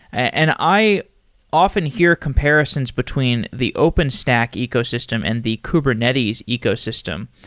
and i often hear comparisons between the open stack ecosystem and the kubernetes ecosystem.